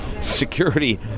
security